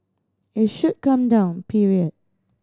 it should come down period